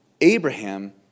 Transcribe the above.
Abraham